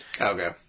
Okay